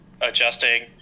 adjusting